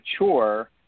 mature